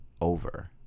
over